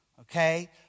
Okay